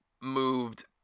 moved